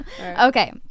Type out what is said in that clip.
Okay